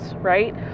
right